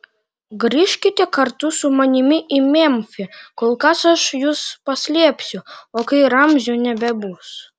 grįžkite kartu su manimi į memfį kol kas aš jus paslėpsiu o kai ramzio nebebus